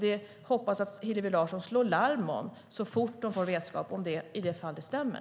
Det hoppas jag att Hillevi Larsson slår larm om så fort hon får vetskap om det ifall det stämmer.